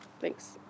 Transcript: Thanks